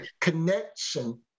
Connection